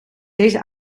deze